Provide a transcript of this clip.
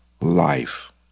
life